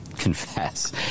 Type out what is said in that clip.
confess